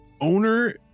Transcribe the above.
owner